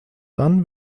dann